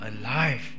alive